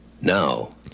Now